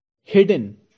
hidden